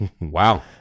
wow